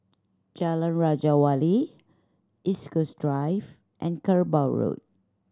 Jalan Raja Wali East Coast Drive and Kerbau Road